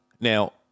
Now-